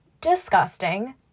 disgusting